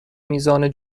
میزان